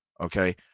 okay